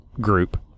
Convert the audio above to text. group